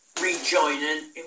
rejoining